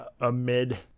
amid